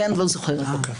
לא זוכרת כרגע.